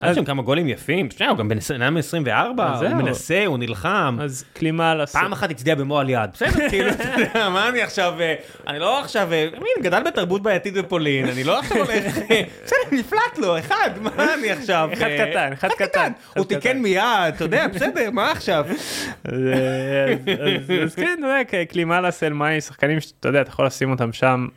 היה שם כמה גולים יפים שניה הוא בנאדם בן 24, זהו, הוא מנסה נלחם אז פעם אחת הוא הצדיע במועל יד. בסדר כאילו מה אני עכשיו אני לא עכשיו הוא גדל בתרבות בעייתית בפולין נפלט לו אחד קטן הוא תיקן מיד